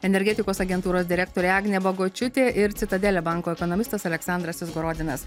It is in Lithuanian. energetikos agentūros direktorė agnė bagočiūtė ir citadele banko ekonomistas aleksandras izgorodinas